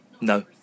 no